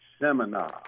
seminar